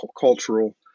cultural